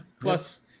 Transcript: Plus